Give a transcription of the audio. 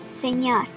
Señor